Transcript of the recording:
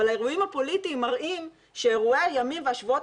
אבל האירועים הפוליטיים מראים שאירועי הימים והשבועות